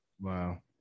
Wow